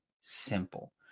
simple